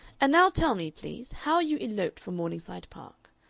and now tell me, please, how you eloped from morningside park.